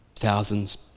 Thousands